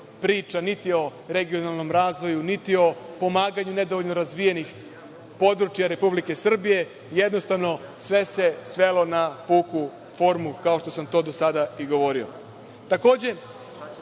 niti o regionalnom razvoju, niti o pomaganju nedovoljno razvijenih područja Republike Srbije. Jednostavno, sve se svelo na puku formu, kao što sam to do sada i govorio. Takođe,